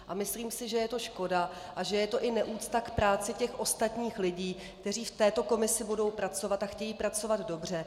A myslím si, že je to škoda a že je to neúcta k práci těch ostatních lidí, kteří v této komisi budou pracovat a chtějí pracovat dobře.